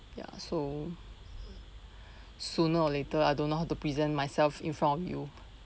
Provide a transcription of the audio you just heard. ya so sooner or later I don't know how to present myself in front of you